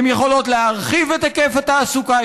הן יכולות להרחיב את היקף התעסוקה,